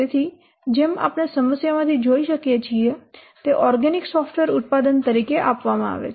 તેથી જેમ આપણે સમસ્યામાંથી જોઈ શકીએ છીએ તે ઓર્ગેનિક સોફ્ટવેર ઉત્પાદન તરીકે આપવામાં આવે છે